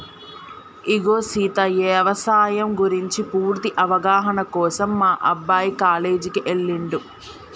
ఇగో సీత యవసాయం గురించి పూర్తి అవగాహన కోసం మా అబ్బాయి కాలేజీకి ఎల్లిండు